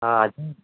అదే